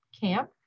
Camp